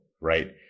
right